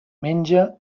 menja